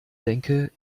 denke